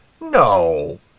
No